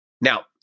Now